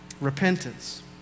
Repentance